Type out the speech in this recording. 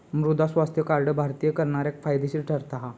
मृदा स्वास्थ्य कार्ड भारतीय करणाऱ्याक फायदेशीर ठरता हा